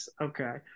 okay